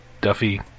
Duffy